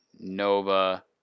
Nova